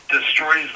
destroys